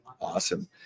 Awesome